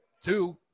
Two